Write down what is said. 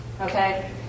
okay